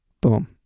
Boom